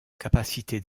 capacité